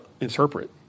interpret